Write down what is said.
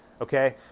okay